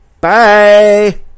Bye